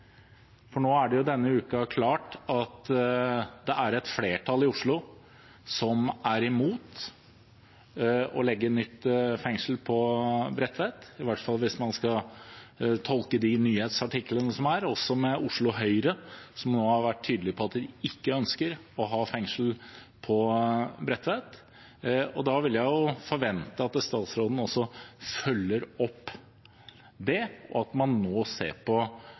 for nå er det jo denne uken klart at det er et flertall i Oslo som er imot å legge nytt fengsel på Bredtvet, i hvert fall hvis man skal tolke de nyhetsartiklene som er, også med Oslo Høyre, som nå har vært tydelig på at de ikke ønsker å ha fengsel på Bredtvet. Da vil jeg jo forvente at statsråden også følger opp det, og at man nå ser på